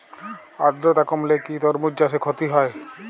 আদ্রর্তা কমলে কি তরমুজ চাষে ক্ষতি হয়?